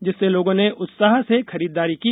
जिससे लोगों ने उत्साह से खरीददारी की